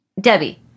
Debbie